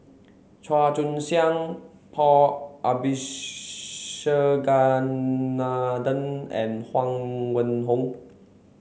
Chua Joon Siang Paul and Huang Wenhong